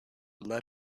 let